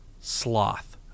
Sloth